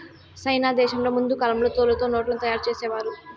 సైనా దేశంలో ముందు కాలంలో తోలుతో నోట్లను తయారు చేసేవారు